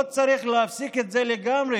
לא צריך להפסיק את זה לגמרי.